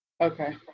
okay